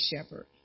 shepherd